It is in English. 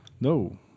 No